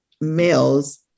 males